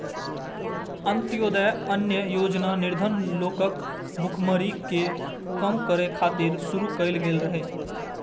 अंत्योदय अन्न योजना निर्धन लोकक भुखमरी कें कम करै खातिर शुरू कैल गेल रहै